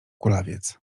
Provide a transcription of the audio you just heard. kulawiec